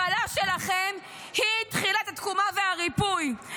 הפלה שלכם היא תחילת התקומה והריפוי.